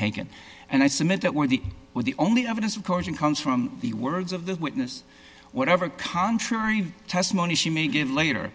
taken and i submit that when the with the only evidence of course it comes from the words of the witness whatever contrary testimony she may give later